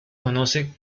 conoce